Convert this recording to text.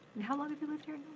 and how long have you lived here